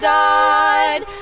died